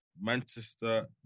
Manchester